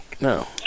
No